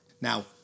Now